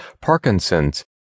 Parkinson's